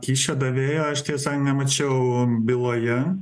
kyšio davėjo aš ties san nemačiau byloje